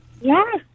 Yes